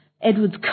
Edward's